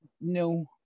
No